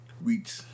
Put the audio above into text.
reach